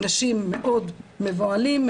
אנשים מאוד מבוהלים,